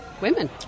women